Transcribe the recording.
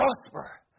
prosper